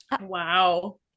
Wow